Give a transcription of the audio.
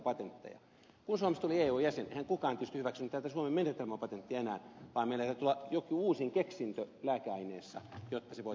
kun suomesta tuli eun jäsen eihän kukaan tietysti hyväksynyt tätä suomen menetelmäpatenttia enää vaan meillä täytyi olla joku uusin keksintö lääkeaineessa jotta se voitiin ottaa käyttöön